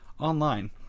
online